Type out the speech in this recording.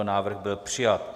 Návrh byl přijat.